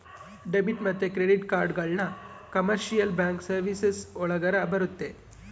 debit ಮತ್ತೆ credit ಕಾರ್ಡ್ಗಳನ್ನ commercial bank services ಒಳಗರ ಬರುತ್ತೆ